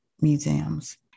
museums